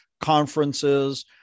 conferences